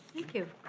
thank you.